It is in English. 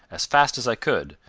as fast as i could,